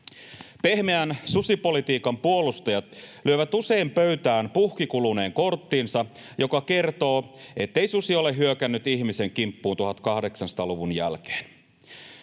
Pehmeän susipolitiikan puolustajat lyövät usein pöytään puhkikuluneen korttinsa, joka kertoo, ettei susi ole hyökännyt ihmisen kimppuun 1800-luvun jälkeen.